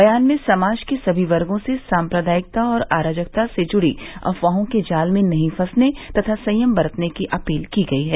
बयान में समाज के सभी वर्गो से साम्प्रदायिकता और अराजकता से जुड़ी अफवाहों के जाल में नहीं फंसने तथा संयम बरतने की अपील की गई है